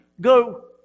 go